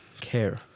care